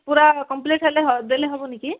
ପୁରା କମ୍ପ୍ଲିଟ୍ ହେଲେ ହ ଦେଲେ ହେବନି କି